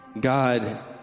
God